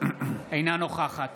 אינה נוכחת